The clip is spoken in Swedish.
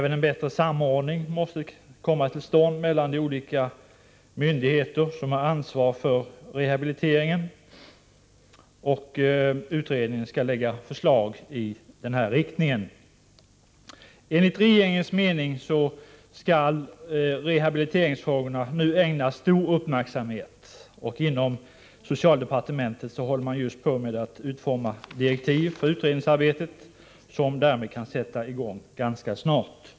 En bättre samordning måste komma till stånd mellan de olika myndigheter som har ansvar för rehabiliteringen. Utredningen bör vid utarbetandet av förslaget beakta detta. Enligt regeringens mening skall rehabiliteringsfrågorna nu ägnas stor uppmärksamhet. Inom socialdepartementet håller man just på med att utforma direktiv för utredningsarbetet, som därmed kan sätta i gång ganska snart.